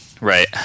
right